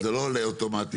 זה לא עולה אוטומטית.